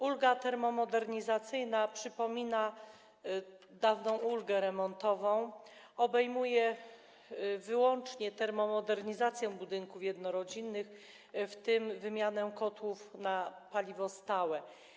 Ulga termomodernizacyjna przypomina dawną ulgę remontową, obejmuje wyłącznie termomodernizację budynków jednorodzinnych, w tym wymianę kotłów na paliwo stałe.